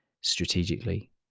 strategically